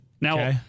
Now